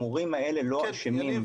המורים האלה לא אשמים.